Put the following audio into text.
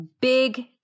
big